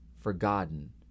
forgotten